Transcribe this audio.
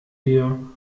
wir